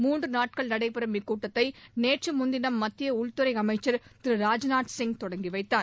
மூன்று நாட்கள் நடைபெறும் இக்கூட்டத்தை நேற்று முன்தினம் மத்திய உள்துறை அமைச்சர் திரு ராஜ்நாத்சிங் தொடங்கி வைத்தார்